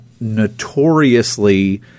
notoriously